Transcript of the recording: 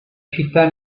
città